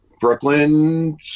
Brooklyn